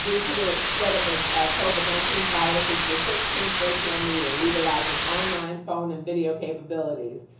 due to the spread of the covid nineteen viruses, the sixteenth virtual meeting, utilizing online phone and video capabilities.